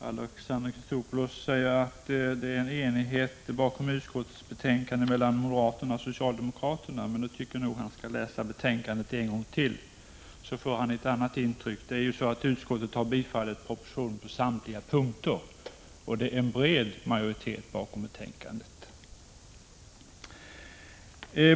Herr talman! Alexander Chrisopoulos säger att det råder enighet när det gäller utskottets betänkande bara mellan moderater och socialdemokrater. Jag tycker nog att han skall läsa betänkandet en gång till, så får han ett annat intryck. Utskottet har tillstyrkt propositionen på samtliga punkter, och det är en bred majoritet bakom betänkandet.